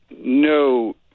no